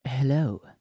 Hello